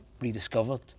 Rediscovered